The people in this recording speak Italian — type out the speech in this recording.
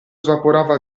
svaporava